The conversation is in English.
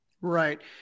Right